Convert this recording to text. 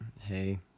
hey